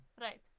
right